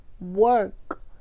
work